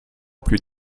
plus